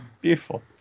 Beautiful